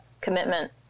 commitment